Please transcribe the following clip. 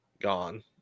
gone